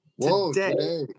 today